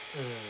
mm